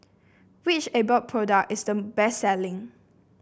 which Abbott product is the best selling